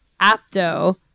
apto